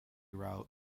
route